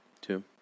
two